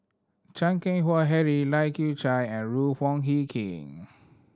Chan Keng Howe Harry Lai Kew Chai and Ruth Hie King